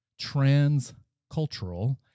transcultural